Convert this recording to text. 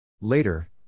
Later